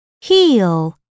heel